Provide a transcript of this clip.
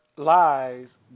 Lies